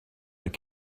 when